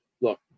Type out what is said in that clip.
look